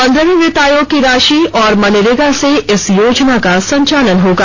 पन्द्रहवें वित्त आयोग की राशि और मनरेगा से इस योजना का संचालन होगा